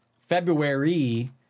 February